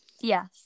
yes